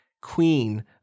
queen